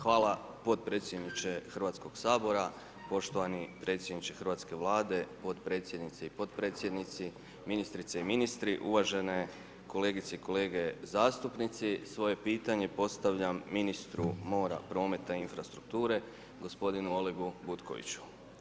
Hvala potpredsjedniče Hrvatskog sabora, poštovani predsjedniče hrvatske Vlade, potpredsjednice i potpredsjednici, ministrice i ministri, uvažene kolegice i kolege zastupnici svoje pitanje postavljam ministru mora, prometa i infrastrukture gospodinu Olegu Butkoviću.